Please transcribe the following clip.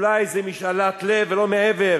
אולי זו משאלת-לב ולא מעבר.